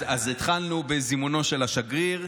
אז התחלנו בזימונו של השגריר.